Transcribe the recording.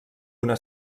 una